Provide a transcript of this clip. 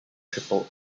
tripled